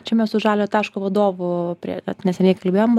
čia mes su žalio taško vadovu prie vat neseniai kalbėjom